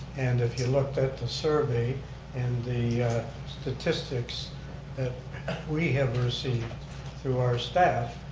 and if you looked at the survey and the statistics that we have received through our staff,